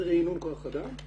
זה ריענון כוח אדם.